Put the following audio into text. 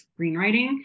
screenwriting